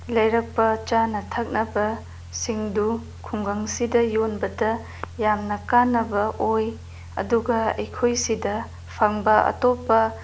ꯂꯩꯔꯛꯄ ꯆꯥꯅ ꯊꯛꯅꯕꯁꯤꯡꯗꯨ ꯈꯨꯡꯒꯪꯁꯤꯗ ꯌꯣꯟꯕꯗ ꯌꯥꯝꯅ ꯀꯥꯟꯅꯕ ꯑꯣꯏ ꯑꯗꯨꯒ ꯑꯩꯈꯣꯏ ꯁꯤꯗ ꯐꯪꯕ ꯑꯇꯣꯞꯄ